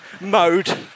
mode